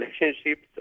relationships